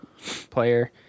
player